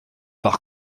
par